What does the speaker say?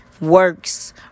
works